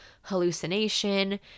hallucination